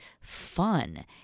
fun